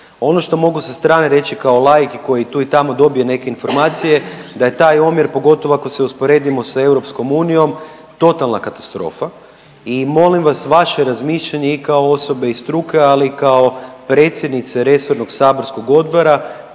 Ono što mogu sa strane reći kao laik koji tu i tamo dobije neke informacije da je taj omjer, pogotovo ako se usporedimo sa EU, totalna katastrofa i molim vas vaše razmišljanje i kao osobe iz struke, ali i kao predsjednice resornog saborskog odbora